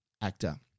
actor